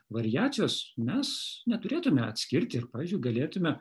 variacijos mes neturėtume atskirti ir pavyzdžiui galėtume